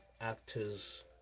actors